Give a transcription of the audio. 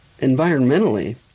Environmentally